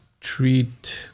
treat